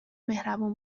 مهربون